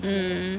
mm